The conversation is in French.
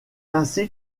ainsi